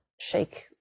shake